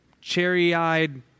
cherry-eyed